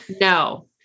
no